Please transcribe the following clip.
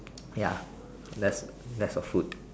ya that's that's for food